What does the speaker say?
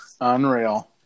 Unreal